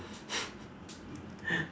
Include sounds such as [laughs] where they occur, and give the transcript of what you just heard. [laughs]